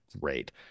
great